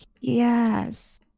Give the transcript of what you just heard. yes